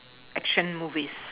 actions movies